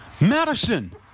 Madison